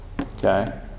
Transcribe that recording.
Okay